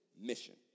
mission